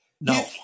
No